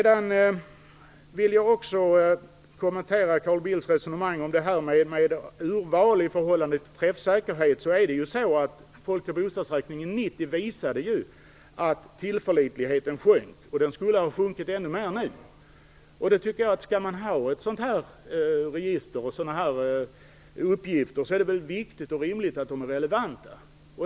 Jag vill också kommentera resonemanget om urval i förhållande till träffsäkerhet. Folk och bostadsräkningen 90 visade att tillförlitligheten sjönk. Den skulle ha sjunkit ännu mera nu. Om man skall ha ett sådant här register och sådana uppgifter är det väl viktigt och rimligt att de är relevanta.